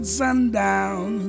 sundown